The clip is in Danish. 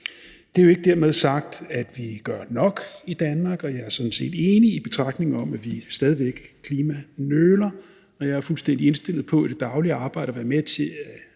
Det er jo ikke dermed sagt, at vi gør nok i Danmark, og jeg er sådan set enig i betragtningen om, at vi stadig væk klimanøler, og jeg er fuldstændig indstillet på i det daglige arbejde at være med til